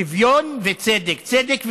שוויון וצדק, צדק ושוויון,